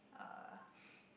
uh